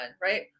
Right